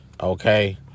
Okay